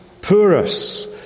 purus